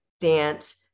dance